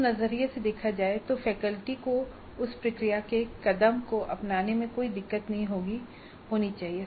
उस नजरिए से देखा जाए तो फैकल्टी को उस प्रक्रिया के कदम को अपनाने में कोई दिक्कत नहीं होनी चाहिए